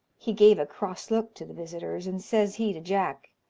he gave a cross look to the visitors, and says he to jack,